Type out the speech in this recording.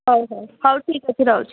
ହଉ ହଉ ହଉ ଠିକ୍ ଅଛି ରହୁଛି